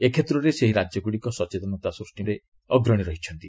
ଏ କ୍ଷେତ୍ରରେ ସେହି ରାଜ୍ୟଗୁଡ଼ିକ ସଚେତନତା ସୃଷ୍ଟିରେ ମଧ୍ୟ ଅଗ୍ରଣୀ ରହିଛନ୍ତି